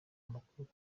amakuru